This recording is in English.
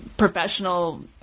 professional